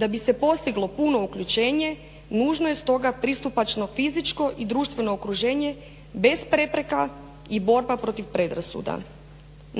Da bi se postiglo puno uključenje nužno je stoga pristupačno fizičko i društveno okruženje bez prepreka i borba protiv predrasuda.